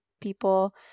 people